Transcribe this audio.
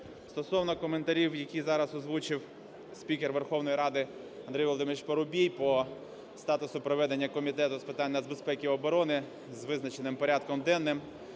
Стосовно коментарів, які зараз озвучив спікер Верховної Ради Андрій Володимирович Парубій, по статусу проведення Комітету з питань нацбезпеки і оборони з визначеним порядком денним,